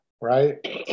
Right